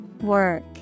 Work